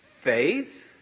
faith